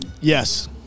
Yes